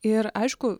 ir aišku